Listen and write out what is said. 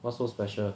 what's so special